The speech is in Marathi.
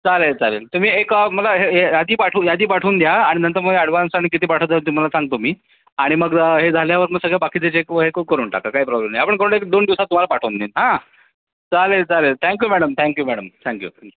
चालेल चालेल तुम्ही एक मला हे हे यादी पाठवून यादी पाठवून द्या आणि नंतर मग ॲडवान्स आणि किती पाठवता तुम्हाला सांगतो मी आणि मग हे झाल्यावर मग सगळं बाकीचे जे हे करून टाका काय प्रॉब्लेम नाही आपणकडून एक दोन दिवसात तुम्हाला पाठवून देईन हां चालेल चालेल thank you madam thank you madam thank you